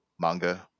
manga